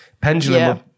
pendulum